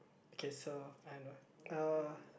okay so I know uh